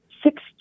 six